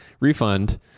refund